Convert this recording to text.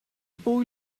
boy